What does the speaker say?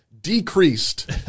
decreased